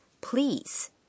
please